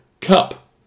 Cup